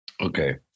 Okay